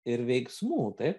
ir veiksmų taip